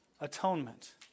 atonement